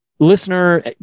Listener